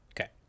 Okay